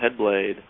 Headblade